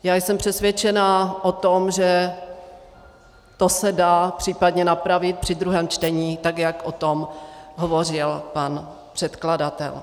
Já jsem přesvědčená o tom, že to se dá případně napravit při druhém čtení, jak o tom hovořil pan předkladatel.